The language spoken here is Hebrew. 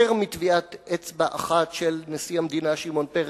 מטביעת אצבע אחת של נשיא המדינה שמעון פרס,